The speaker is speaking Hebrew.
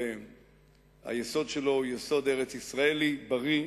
שהיסוד שלו הוא יסוד ארץ-ישראלי בריא,